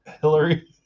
Hillary